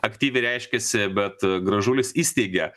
aktyviai reiškėsi bet gražulis įsteigė